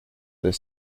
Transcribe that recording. the